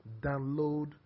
Download